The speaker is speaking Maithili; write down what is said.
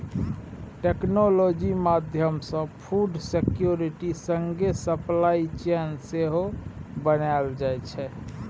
टेक्नोलॉजी माध्यमसँ फुड सिक्योरिटी संगे सप्लाई चेन सेहो बनाएल जाइ छै